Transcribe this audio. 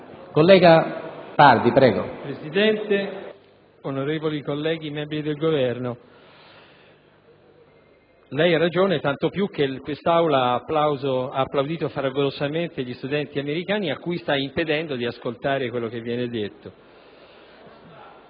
*(IdV)*. Signor Presidente, onorevole colleghi, membri del Governo, lei ha ragione tanto più che quest'Aula ha applaudito fragorosamente gli studenti americani ai quali si sta oraimpedendo di ascoltare quanto viene detto.